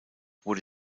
wurde